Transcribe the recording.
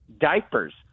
diapers